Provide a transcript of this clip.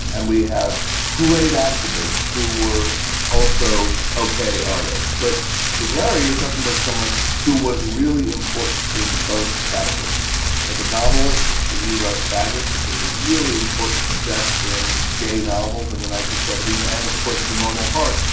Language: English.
and we have great activists who were also ok artists. but with larry, you're talking about someone who was really important in both categories as a novelist. he wrote fagots, which was a really important step in gay novels in the nineteen seventy s. and of course, the normal heart,